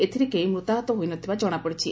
ଏଥିରେ କେହି ମୃତାହତ ହୋଇନଥିବା ଜଣାପଡିଛି